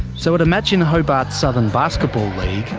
so at a match in hobart's southern basketball league,